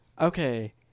Okay